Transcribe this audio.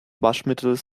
waschmittels